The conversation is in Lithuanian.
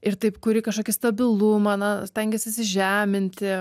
ir taip kuri kažkokį stabilumą na stengies įsižeminti